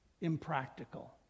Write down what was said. impractical